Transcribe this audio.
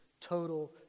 total